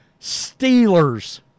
Steelers